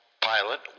pilot